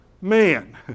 man